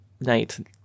night